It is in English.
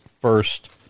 first